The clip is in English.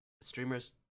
streamers